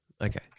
Okay